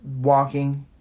walking